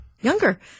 Younger